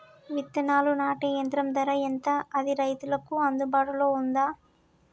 విత్తనాలు నాటే యంత్రం ధర ఎంత అది రైతులకు అందుబాటులో ఉందా?